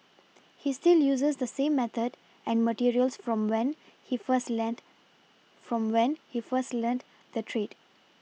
he still uses the same method and materials from when he first lent from when he first learnt the trade